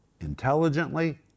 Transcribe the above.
intelligently